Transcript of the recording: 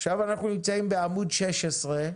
עכשיו אנחנו נמצאים בעמוד 16,